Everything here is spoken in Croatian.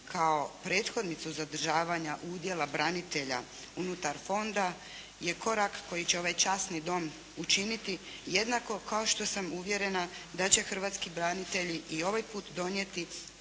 kao prethodnicu zadržavanja udjela branitelja unutar fonda je korak koji će ovaj časni dom učiniti jednako kao što sam uvjerena da će hrvatski branitelji i ovaj put donijeti